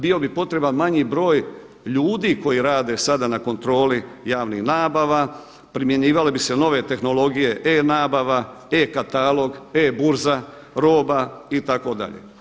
Bio bi potreban manji broj ljudi koji rade sada na kontroli javnih nabava, primjenjivale bi se nove tehnologije e-nabava, e-katalog, e-burza roba itd.